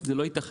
זה לא ייתכן.